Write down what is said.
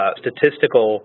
statistical